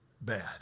bad